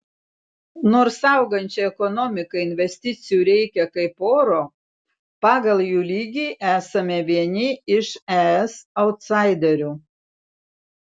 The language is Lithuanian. nors augančiai ekonomikai investicijų reikia kaip oro pagal jų lygį esame vieni iš es autsaiderių